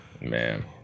man